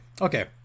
Okay